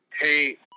Hey